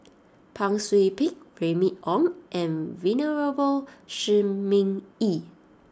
Pang Sui Pick Remy Ong and Venerable Shi Ming Yi